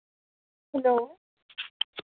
hello